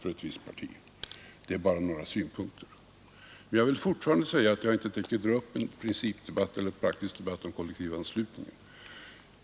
— Detta är bara några synpunkter. Men jag vill fortfarande säga att jag inte tänker dra upp en principdebatt eller praktisk debatt om kollektivanslutningen.